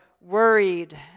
worried